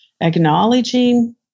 acknowledging